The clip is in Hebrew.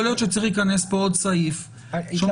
יכול להיות שצריך להיכנס לפה עוד סעיף שאומר,